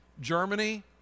Germany